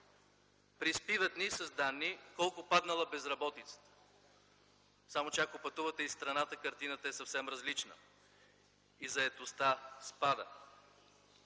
Приспиват ни с данни колко е спаднала безработицата. Само че, ако пътувате из страната, картината е съвсем различна. И заетостта спада.